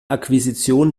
akquisition